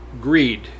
Greed